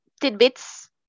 tidbits